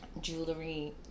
jewelry